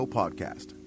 podcast